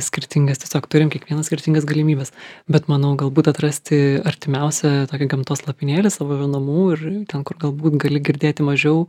skirtingas tiesiog turim kiekvienas skirtingas galimybes bet manau galbūt atrasti artimiausią tokį gamtos lopinėlį savo namų ir ten kur galbūt gali girdėti mažiau